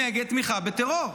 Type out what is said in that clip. נגד תמיכה בטרור.